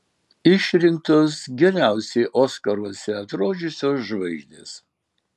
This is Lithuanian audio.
išrinktos geriausiai oskaruose atrodžiusios žvaigždės